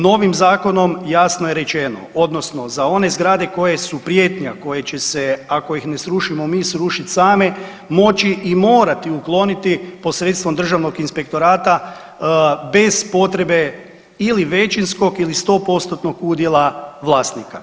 Novim zakonom jasno je rečeno odnosno za one zgrade koje su prijetnja, koje će se ako ih ne srušimo mi, srušit same, moći i morati ukloniti posredstvom državnog inspektorata bez potrebe ili većinskog ili 100%-tnog udjela vlasnika.